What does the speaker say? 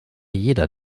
jeder